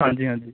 ਹਾਂਜੀ ਹਾਂਜੀ